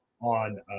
on